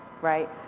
right